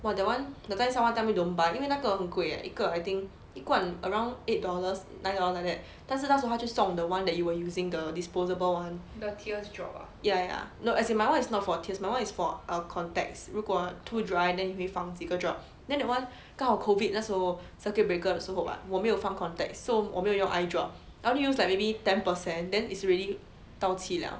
!wah! that [one] that time someone tell me don't buy 因为那个很贵 leh 一个 I think 一罐 around eight dollars nine dollars like that 但是当时他就送 the one that you were using the disposable [one] ya ya no as in my [one] is not for tears my [one] is for err contacts 如果 too dry then maybe 放几个 drop then that [one] 刚好 COVID 那时候 circuit breaker 的时候 [what] 我没有放 contacts so 我没有用 eye drop I only use like maybe ten percent then is already 到期了